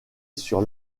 sur